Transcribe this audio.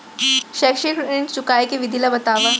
शैक्षिक ऋण चुकाए के विधि ला बतावव